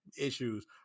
issues